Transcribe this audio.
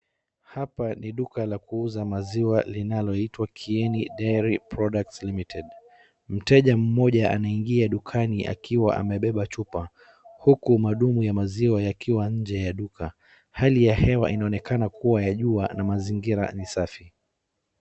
Hapa ni duka la kuuza maziwa linaloitwa KIENI DAIRY PRODUCTS LIMITED.Mteja mmoja anaingia dukani akiwa amebeba chupa huku madumu ya maziwa yakiwa nje ya duka. Hali ya hewa inaonekana kuwa ya jua na mazingira ni safi.